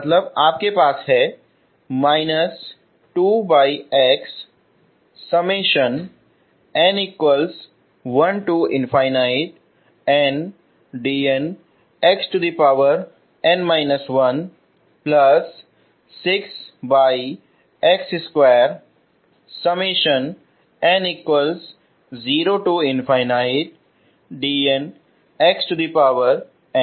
मतलब आपके पास है तो यह मेरा x2 y2 है और फिर2xy2